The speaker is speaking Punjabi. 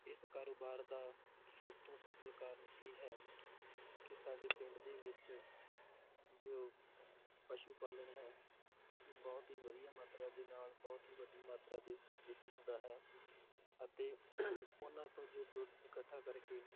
ਇਸ ਕਾਰੋਬਾਰ ਦਾ ਸਭ ਤੋਂ ਸਫ਼ਲ ਕਾਰਨ ਇਹ ਹੈ ਕਿ ਸਾਡੇ ਪਿੰਡ ਦੇ ਵਿੱਚ ਜੋ ਪਸ਼ੂ ਪਾਲਣ ਹੈ ਉਹ ਬਹੁਤ ਹੀ ਵਧੀਆ ਮਾਤਰਾ ਦੇ ਨਾਲ ਬਹੁਤ ਹੀ ਵੱਡੀ ਮਾਤਰਾ ਦੇ ਵਿੱਚ ਹੁੰਦਾ ਹੈ ਅਤੇ ਉਹਨਾਂ ਤੋਂ ਜੋ ਦੁੱਧ ਇਕੱਠਾ ਕਰਕੇ